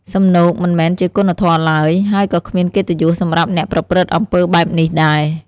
សំណូកមិនមែនជាគុណធម៌ឡើយ ហើយក៏គ្មានកិត្តិយសសម្រាប់អ្នកប្រព្រឹត្តអំពើបែបនេះដែរ។